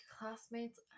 classmates